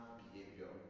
behavior